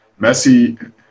Messi